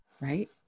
right